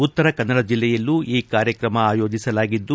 ಉತ್ತರಕನ್ನಡ ಜಿಲ್ಲೆಯಲ್ಲೂ ಈ ಕಾರ್ಯಕ್ರಮ ಆಯೋಜಿಸಲಾಗಿದ್ದು